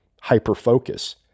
hyper-focus